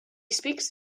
speaks